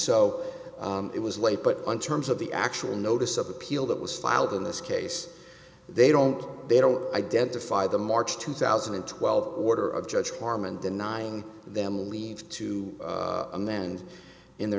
so it was late but on terms of the actual notice of appeal that was filed in this case they don't they don't identify the march two thousand and twelve order of judge harmon denying them leave to amend in their